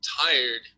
tired